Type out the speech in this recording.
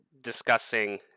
discussing